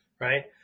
right